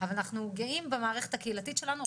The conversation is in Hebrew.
אבל אנחנו גאים במערכת הקהילתית שלנו,